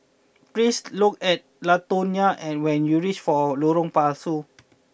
please look at Latonya and when you reach Lorong Pasu